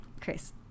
Chris